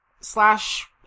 slash